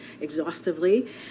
exhaustively